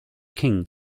king